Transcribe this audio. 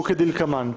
הוא כדלקמן: